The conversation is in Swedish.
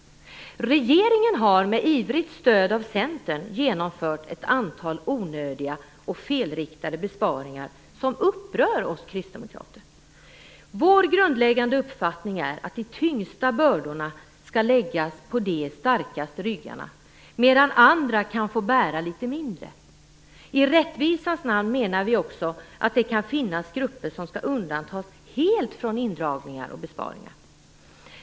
Regeringen har, med ivrigt stöd av Centern, genomfört ett antal onödiga och felriktade besparingar som upprör oss kristdemokrater. Vår grundläggande uppfattning är att de tyngsta bördorna skall läggas på de starkaste ryggarna, medan andra kan få bära litet mindre. I rättvisans namn menar vi också att det kan finnas grupper som helt skall undantas från indragningar och besparingar.